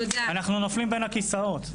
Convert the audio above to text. אנחנו נופלים בין הכיסאות.